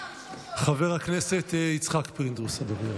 חבר הכנסת יצחק פינדרוס הדובר הבא.